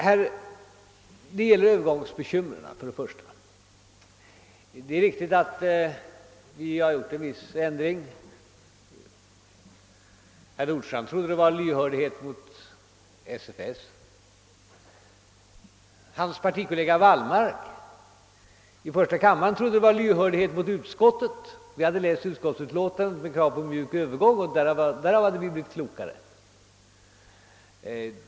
Först och främst vill jag då nämna övergångsbekymren. Det är riktigt att vi vidtagit en viss ändring. Herr Nordstrandh trodde att denna berodde på lyhördhet mot SFS; hans partikollega Wallmark i första kammaren trodde att det berodde på lyhördhet mot utskottet. Vi skulle enligt hans uppfattning ha läst utskottsutlåtandet med krav på en mjuk övergång och därav bade vi blivit klokare.